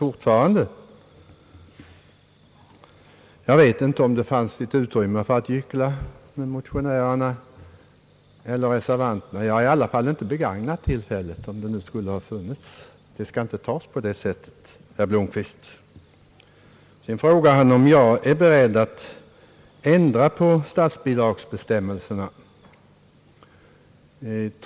Även om det skulle ha funnits utrymme att gyckla med motionärerna har jag inte begagnat mig av det. Vad jag sagt skall inte uppfattas så, herr Blomquist. Herr Blomquist frågar om jag är beredd att ändra på bestämmelserna för statsbidrag.